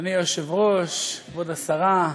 אדוני היושב-ראש, כבוד השרה,